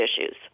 issues